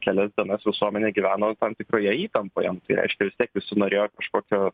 kelias dienas visuomenė gyveno tam tikroje įtampoje nu tai reiškia vistiek visi norėjo kažkokio